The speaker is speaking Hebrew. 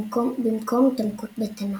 במקום התעמקות בתנ"ך.